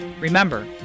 Remember